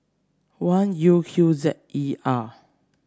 one U Q Z E R